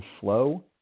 flow